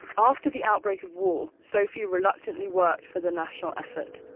after the outbreak of war, sophie reluctantly worked for the national effort,